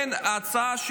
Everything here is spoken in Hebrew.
ההצעה,